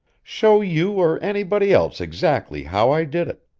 show you or anybody else exactly how i did it.